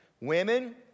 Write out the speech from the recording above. Women